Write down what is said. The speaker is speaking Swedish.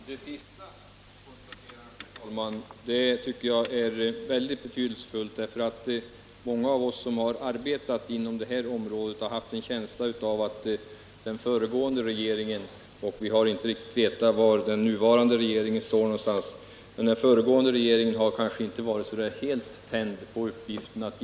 Herr talman! Det sista konstaterandet tycker jag är väldigt betydelsefullt. Många av oss som har arbetat inom detta område har haft en känsla av att den föregående regeringen inte har varit helt tänd på uppgiften att genomföra SSK:s förslag. Vi har inte riktigt vetat var den nuvarande regeringen stått.